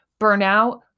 burnout